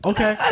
Okay